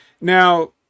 now